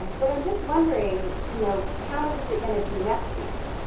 but i'm just wondering, you know, how much is it going to be next week?